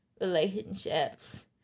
relationships